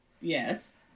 Yes